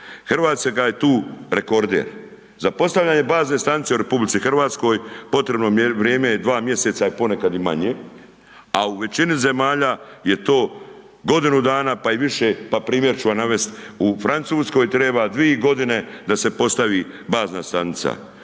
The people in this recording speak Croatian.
Hrvatska je tu rekorder. Za postavljanje bazne stanice u RH potrebno vrijeme je 2 mjeseca, a ponekad i manje a u većini zemalja je to godinu dana pa i više, pa primjer ću vam navesti u Francuskoj treba 2 godine da se postavi bazna stanica.